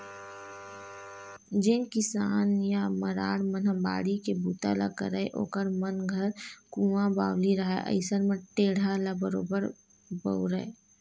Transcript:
जेन किसान या मरार मन ह बाड़ी के बूता ल करय ओखर मन घर कुँआ बावली रहाय अइसन म टेंड़ा ल बरोबर बउरय